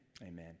Amen